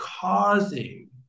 causing